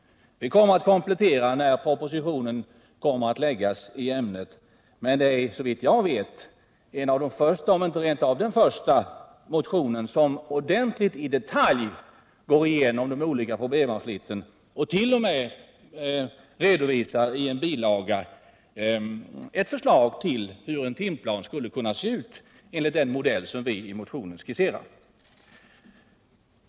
Vi kommer att komplettera den då propositionen i ämnet läggs fram, men den är såvitt jag vet en av de första — om inte rent av den första — motion som ordentligt i detalj går igenom de olika problemavsnitten och t.o.m. i en bilaga redovisar ett förslag på hur en timplan skulle kunna se ut enligt den modell vi skisserar i motionen.